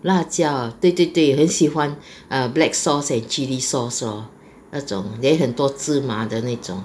辣椒 ah 对对对很喜欢 err black sauce and chilli sauce lor 那种 then 很多芝麻的那种